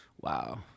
wow